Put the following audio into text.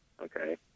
Okay